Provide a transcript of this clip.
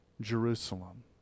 Jerusalem